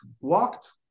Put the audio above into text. walked